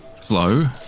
flow